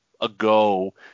ago